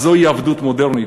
אז זוהי עבדות מודרנית.